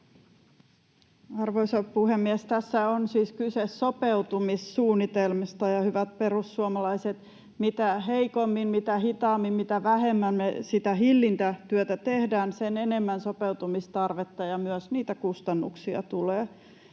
Arvoisa puhemies! Tässä on siis kyse sopeutumissuunnitelmista, ja hyvät perussuomalaiset, mitä heikommin, mitä hitaammin ja mitä vähemmän me sitä hillintätyötä tehdään, sitä enemmän sopeutumistarvetta ja myös kustannuksia tulee.